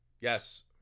yes